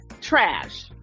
Trash